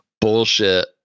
bullshit